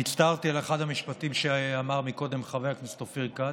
אני הצטערתי על אחד המשפטים שאמר קודם חבר הכנסת אופיר כץ.